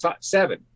seven